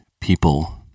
people